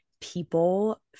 people